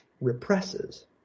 represses